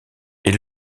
est